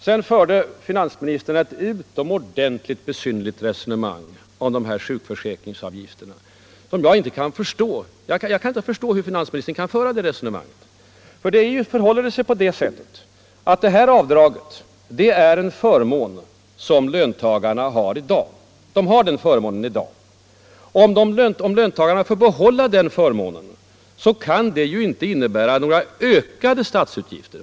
Sedan förde finansministern om sjukförsäkringsavgifterna ett utomordentligt besynnerligt resonemang som jag inte alls kan förstå. Avdraget är en förmån som löntagarna har i dag. Om löntagarna får behålla den förmånen kan det i och för sig inte innebära några ökade statsutgifter.